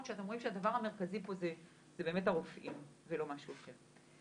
כשאתם רואים שהדבר המרכזי פה זה באמת הרופאים ולא משהו אחר.